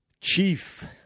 chief